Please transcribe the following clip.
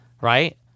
right